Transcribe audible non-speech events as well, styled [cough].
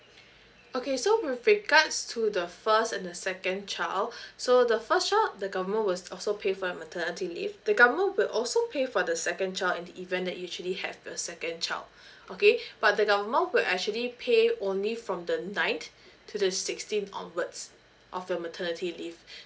okay so with regards to the first and the second child [breath] so the first child the government will also pay for the maternity leave the government will also pay for the second child in the event that you actually have the second child okay but the government will actually pay only from the ninth to the sixteenth onwards of the maternity leave [breath]